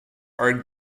are